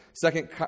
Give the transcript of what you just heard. Second